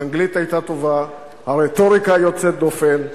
האנגלית טובה, הרטוריקה יוצאת דופן,